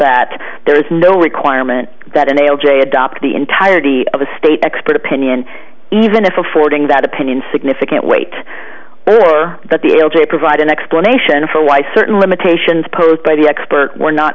that there is no requirement that an l j adopt the entirety of the state expert opinion even if affording that opinion significant weight or that the l j provide an explanation for why certain limitations posed by the expert were not